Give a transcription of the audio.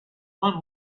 one